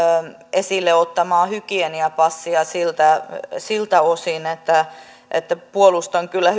esille ottamaa hygieniapassia siltä siltä osin että puolustan kyllä